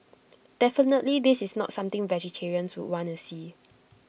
definitely this is not something vegetarians would want to see